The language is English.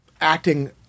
acting